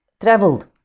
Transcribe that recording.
traveled